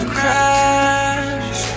crash